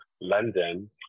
London